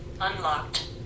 Unlocked